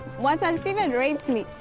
mwansa and steven raped me.